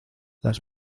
las